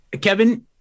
Kevin